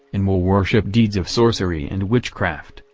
and will worship deeds of sorcery and witchcraft,